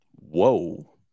Whoa